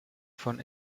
von